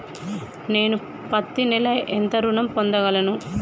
నేను పత్తి నెల ఎంత ఋణం పొందగలను?